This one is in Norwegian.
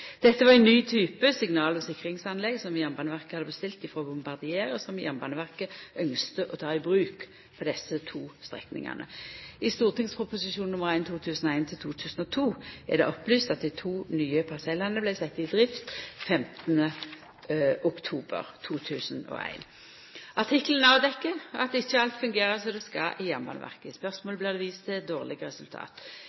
Dette var ein ny type signal- og sikringsanlegg som Jernbaneverket hadde bestilt frå Bombardier, og som Jernbaneverket ynskte å ta i bruk på desse to strekningane. I St.prp. nr. 1 for 2001–2002 er det opplyst at dei to nye parsellane vart sette i drift 15. oktober 2001. Artikkelen avdekkjer at ikkje alt fungerer som det skal i Jernbaneverket.